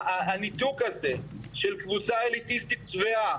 הניתוק הזה של קבוצה אליטיסטית שבעה